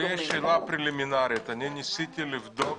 לי יש שאלה פרלימינרית, אני ניסיתי לבדוק,